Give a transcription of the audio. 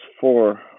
four